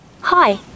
hi